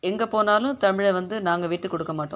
எங்கே போனாலும் தமிழை வந்து நாங்கள் விட்டுக்கொடுக்க மாட்டோம்